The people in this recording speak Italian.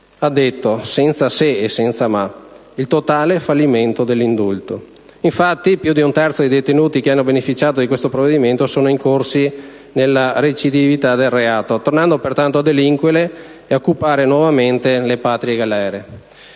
ha decretato, senza se e senza ma, il totale fallimento dell'indulto. Infatti, più di un terzo dei detenuti che hanno beneficiato di questo provvedimento sono incorsi nella recidività del reato, tornando pertanto a delinquere e a occupare nuovamente le patrie galere.